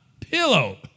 pillow